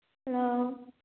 hello